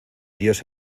dios